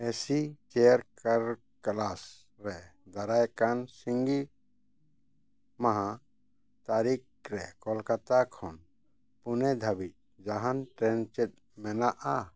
AC ᱪᱮᱫ class ᱨᱮ ᱫᱟᱨᱟᱭ ᱠᱟᱱ ᱥᱤᱸᱜᱤ ᱢᱟᱦᱟ ᱛᱟᱹᱨᱤᱠᱷ ᱨᱮ ᱠᱳᱞᱠᱟᱛᱟ ᱠᱷᱚᱱ ᱯᱩᱱᱮ ᱫᱷᱟᱹᱵᱤᱡ ᱡᱟᱦᱟᱱ ᱴᱨᱮᱹᱱ ᱪᱮᱫ ᱢᱮᱱᱟᱜᱼ